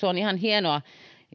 on ihan hienoa